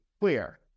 clear